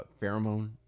Pheromone